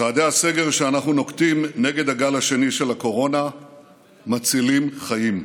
צעדי הסגר שאנחנו נוקטים נגד הגל השני של הקורונה מצילים חיים.